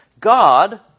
God